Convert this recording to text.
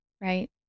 right